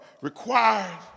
required